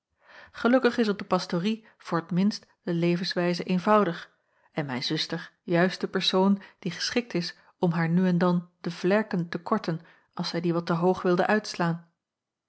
gelukkig is op de pastorie voor t minst de levenswijze eenvoudig en mijn zuster juist de persoon die geschikt is om haar nu en dan de vlerken te korten als zij die wat te hoog wilde uitslaan